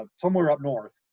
um somewhere up north,